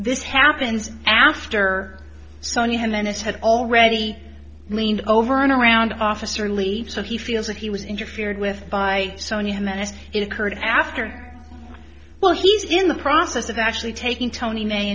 this happens after sunday and then it's had already leaned over and around officer leave so he feels like he was interfered with by sony and then as it occurred after well he's in the process of actually taking ton